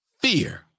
fear